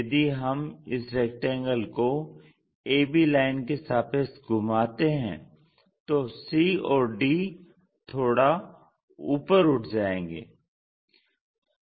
यदि हम इस रेक्टेंगल को AB लाइन के सापेक्ष घुमाते हैं तो C और D थोड़ा ऊपर उठ जायेंगे